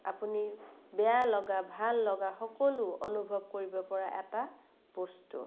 আপুনি বেয়া লগা ভাল লগা সকলো অনুভৱ কৰিব পৰা এটা বস্তু